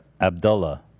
Abdullah